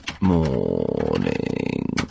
morning